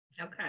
Okay